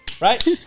right